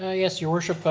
ah yes, your worship,